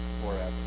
forever